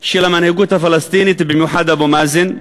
של המנהיגות הפלסטינית, ובמיוחד של אבו מאזן,